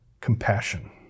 compassion